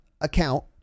account